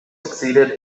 succeeded